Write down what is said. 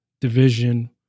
division